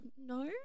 No